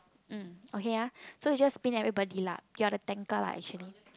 mm okay ah so you just spin everybody lah you are the tanker lah actually